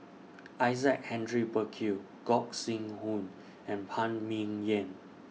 Isaac Hendry Burkill Gog Sing Hooi and Phan Ming Yen